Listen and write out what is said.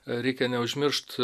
reikia neužmiršt